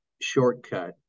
shortcut